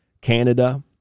Canada